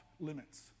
limits